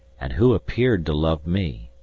and who appeared to love me,